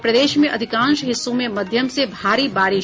और प्रदेश में अधिकांश हिस्सों में मध्यम से भारी बारिश